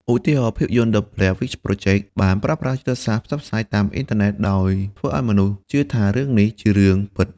ឧទាហរណ៍ ភាពយន្ត The Blair Witch Project បានប្រើប្រាស់យុទ្ធសាស្ត្រផ្សព្វផ្សាយតាមអ៊ីនធឺណិតដោយធ្វើឲ្យមនុស្សជឿថារឿងនេះជារឿងពិត។